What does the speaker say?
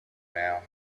now